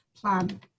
plan